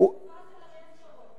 בתקופה של אריאל שרון,